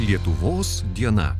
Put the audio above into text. lietuvos diena